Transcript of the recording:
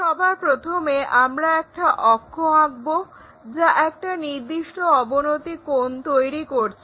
সবার প্রথমে আমরা একটা অক্ষ আঁকবো যা একটা নির্দিষ্ট অবনতি কোণ তৈরি করছে